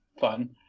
fun